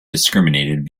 discriminated